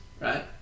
Right